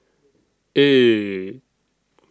eight